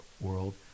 world